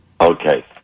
Okay